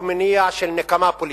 מותר להיות נגד הקונסנזוס.